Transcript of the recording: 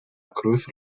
cruz